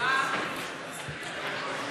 לחלופין (א)